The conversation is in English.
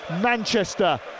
Manchester